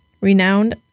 Renowned